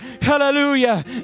Hallelujah